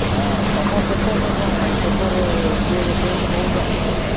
ହଁ ତମ ପେପର୍ ରେ କଣ ପେପର୍ ଇଏ ରେ ପ୍ରିଣ୍ଟ୍ କରୁଛନ୍ତି କି